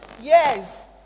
Yes